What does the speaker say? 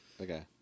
Okay